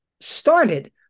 started